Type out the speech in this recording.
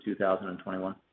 2021